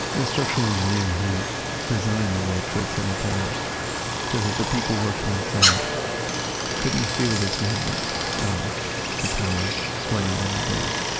the structural engineer who designed the world trade center towers said that the people working inside couldn't feel this movement of the towers swaying in the breeze.